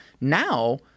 now